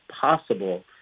possible